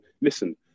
listen